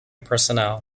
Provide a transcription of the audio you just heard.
personnel